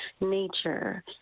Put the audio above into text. nature